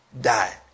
die